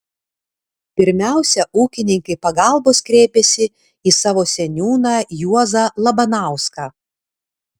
pirmiausia ūkininkai pagalbos kreipėsi į savo seniūną juozą labanauską